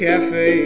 Cafe